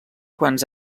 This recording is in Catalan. quants